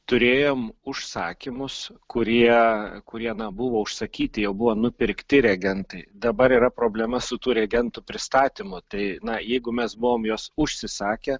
turėjom užsakymus kurie kurie na buvo užsakyti jau buvo nupirkti reagentai dabar yra problema su tų reagentų pristatymu tai na jeigu mes buvom juos užsisakę